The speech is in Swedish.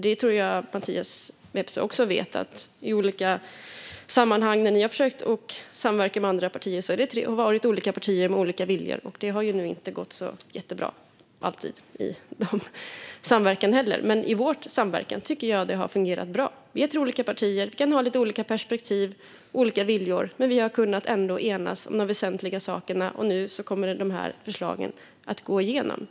Jag tror att Mattias Vepsä också vet att det i olika sammanhang när de har försökt samverka med andra partier har varit olika partier med olika viljor - och att deras samverkan ju inte alltid har gått så jättebra. I vår samverkan tycker jag dock att det har fungerat bra. Vi är tre olika partier, och vi kan ha lite olika perspektiv och viljor, men vi har ändå kunnat enas om de väsentliga sakerna. Nu kommer de här förslagen att gå igenom.